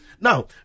Now